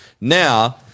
Now